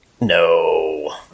No